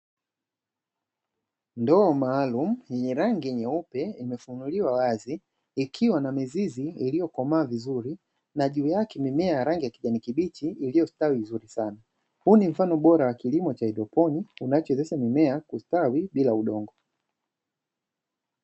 Ndoo maalumu yenye rangi nyeupe imefunuliwa wazi ikiwa na mizizi iliyo komaa vizuri na juu yake mimea ya kijani kibichi iliyo stawi vizuri sana, huu ni mfano bora wa kilimo cha haidroponiki unachowezesha mimea kustawi bila udongo.